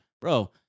bro